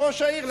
לראש העיר,